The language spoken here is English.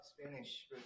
Spanish